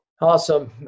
Awesome